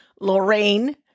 Lorraine